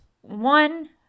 one